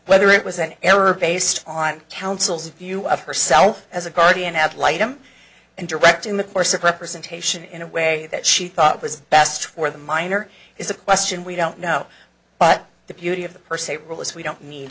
whether it was an error based on counsel's view of herself as a guardian ad litum and directing the course of representation in a way that she thought was best for the minor is a question we don't know but the beauty of the per se rule is we don't need